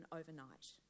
overnight